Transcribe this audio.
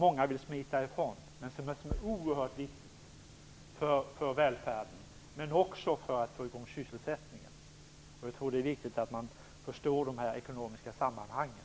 Många vill smita ifrån den, men den är oerhört viktig för välfärden och även för att få i gång sysselsättningen. Det är viktigt att man förstår de här ekonomiska sammanhangen.